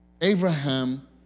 Abraham